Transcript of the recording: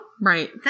Right